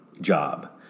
job